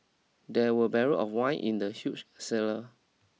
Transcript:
there were barrels of wine in the huge cellar